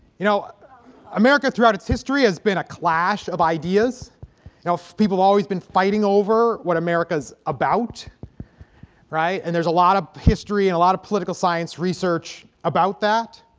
you know america throughout its history has been a clash of ideas people always been fighting over what america is about right and there's a lot of history and a lot of political science research about that,